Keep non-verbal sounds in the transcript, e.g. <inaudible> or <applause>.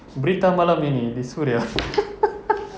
berita malam ini di suria <laughs>